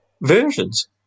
versions